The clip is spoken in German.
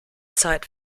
zeit